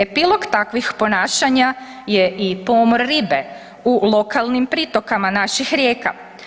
Epilog takvih ponašanja je i pomor ribe u lokalnim pritokama naših rijeka.